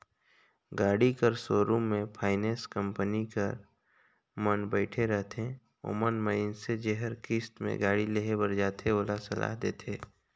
गाड़ी कर सोरुम में फाइनेंस कंपनी कर मन बइठे रहथें ओमन मइनसे जेहर किस्त में गाड़ी लेहे बर जाथे ओला सलाह देथे